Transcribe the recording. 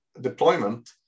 deployment